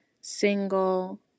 single